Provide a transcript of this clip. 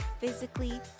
physically